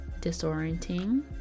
disorienting